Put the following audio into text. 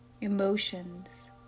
emotions